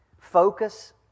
focus